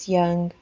young